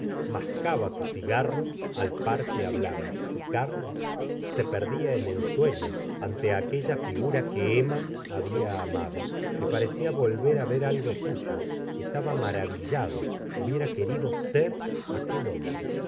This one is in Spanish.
mascaba su ci garro al par que hablaba y ca rlos se perdía en ensueños ante aquella figura que emma había ama do le parecía volver tl ver algo suyo estaba ma ravillado hubiera querido ser aquel hombre